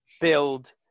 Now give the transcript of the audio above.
build